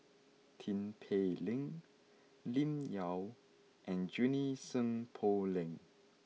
Tin Pei Ling Lim Yau and Junie Sng Poh Leng